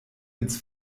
ins